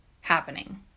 happening